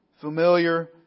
familiar